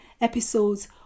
episodes